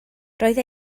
roedd